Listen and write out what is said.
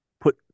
put